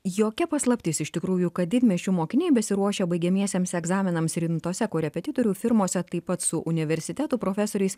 jokia paslaptis iš tikrųjų kad didmiesčių mokiniai besiruošę baigiamiesiems egzaminams rimtose korepetitorių firmose taip pat su universitetų profesoriais